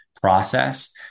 process